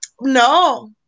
No